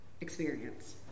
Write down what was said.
experience